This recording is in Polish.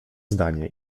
zdanie